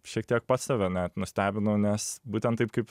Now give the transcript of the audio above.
šiek tiek pats save net nustebinau nes būtent taip kaip